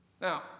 Now